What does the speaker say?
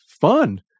fun